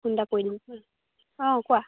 phone এটা কৰি দিম অঁ কোৱা